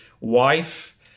wife